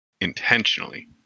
intentionally